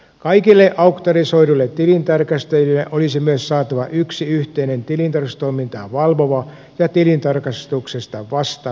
kaikille auktorisoiduille tilintarkastajille olisi myös saatava yksi yhteinen tilintarkastustoimintaa valvova ja tilintarkastuksesta vastaava viranomainen